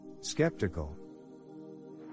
Skeptical